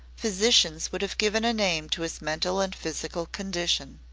physicians would have given a name to his mental and physical condition.